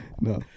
No